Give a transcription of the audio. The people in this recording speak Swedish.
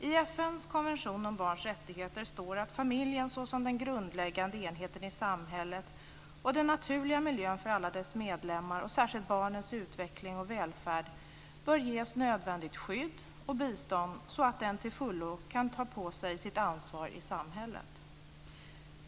I FN:s konvention om barns rättigheter står det att familjen såsom den grundläggande enheten i samhället och den naturliga miljön för alla dess medlemmar och särskilt barnens utveckling och välfärd bör ges nödvändigt skydd och bistånd, så att den till fullo kan ta på sig sitt ansvar i samhället.